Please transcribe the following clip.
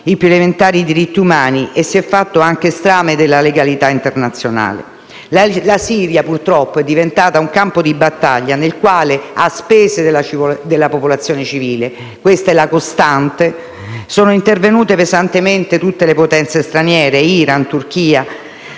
i più elementari diritti umani e si è fatto anche strame della legalità internazionale. La Siria, purtroppo, è diventata un campo di battaglia nel quale, a spese della popolazione civile (questa è la costante), sono intervenute pesantemente tutte le potenze straniere (Iran, Turchia,